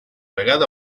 vegada